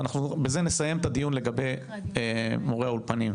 ובזה אנחנו נסיים את הדיון על מורי האולפנים,